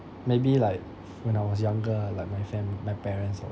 maybe like when I was younger like my fam~ my parents